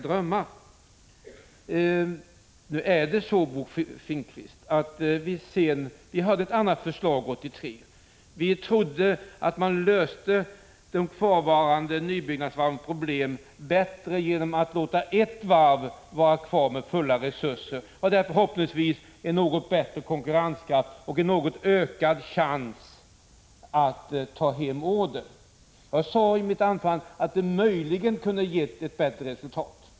I fråga om varven förelåg ett annat förslag 1983. Vi trodde att man löste de kvarvarande nybyggnadsvarvens problem bättre genom att låta ert varv vara kvar med fulla resurser och därmed förhoppningsvis en något bättre konkurrenskraft samt ökade chanser att ta hem order. Jag sade i mitt anförande att detta möjligen kunde ha givit ett bättre resultat.